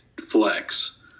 flex